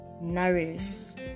nourished